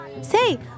Say